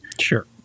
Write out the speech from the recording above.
sure